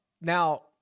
Now